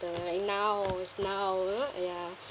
right now is now uh ya